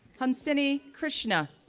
hansini krishna,